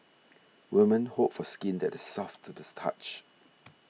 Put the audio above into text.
women hope for skin that is soft to this touch